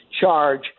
charge